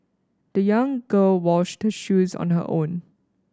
the young girl washed her shoes on her own